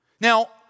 Now